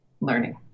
learning